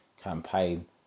campaign